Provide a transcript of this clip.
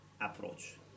approach